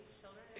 children